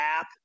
app